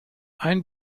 ein